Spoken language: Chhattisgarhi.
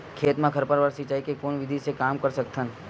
खेत म खरपतवार सिंचाई के कोन विधि से कम कर सकथन?